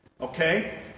Okay